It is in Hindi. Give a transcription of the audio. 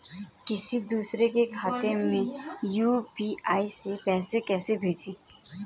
किसी दूसरे के खाते में यू.पी.आई से पैसा कैसे भेजें?